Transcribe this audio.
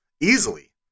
Easily